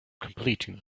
completing